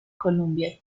columbia